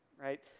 right